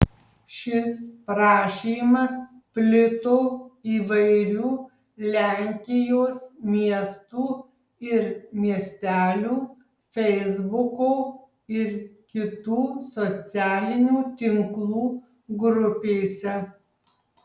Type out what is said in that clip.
šis prašymas plito įvairių lenkijos miestų ir miestelių feisbuko ir kitų socialinių tinklų grupėse